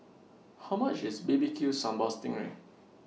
How much IS B B Q Sambal Sting Ray